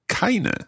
keine